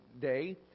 day